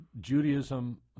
Judaism